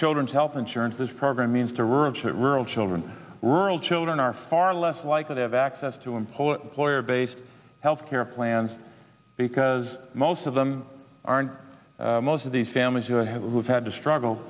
children's health insurance program means to rural rural children rural children are far less likely to have access to impose lawyer based health care plans because most of them aren't most of these families who have had to struggle